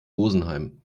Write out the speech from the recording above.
rosenheim